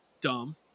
dumb